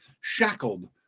shackled